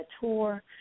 tour